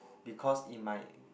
because it might